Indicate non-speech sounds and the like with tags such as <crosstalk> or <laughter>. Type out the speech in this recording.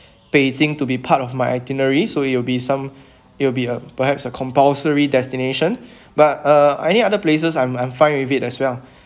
beijing to be part of my itinerary so it will be some it will be a perhaps a compulsory destination <breath> but uh any other places I'm I'm fine with it as well